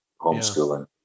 homeschooling